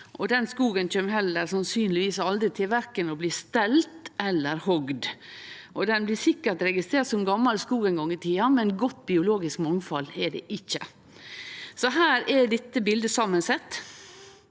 Den skogen kjem heller sannsynlegvis aldri til verken å bli stelt eller hogd. Den blir sikkert registrert som gamal skog ein gong i tida, men godt biologisk mangfald er det ikkje. Her er dette bildet samansett.